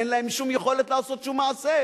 אין להם שום יכולת לעשות שום מעשה,